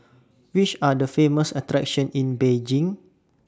Which Are The Famous attractions in Beijing